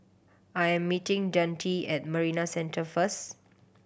I am meeting Dante at Marina Centre first